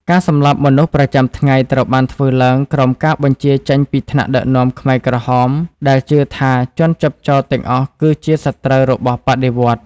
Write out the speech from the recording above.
ការសម្លាប់មនុស្សប្រចាំថ្ងៃត្រូវបានធ្វើឡើងក្រោមការបញ្ជាចេញពីថ្នាក់ដឹកនាំខ្មែរក្រហមដែលជឿថាជនជាប់ចោទទាំងអស់គឺជាសត្រូវរបស់បដិវត្តន៍។